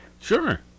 Sure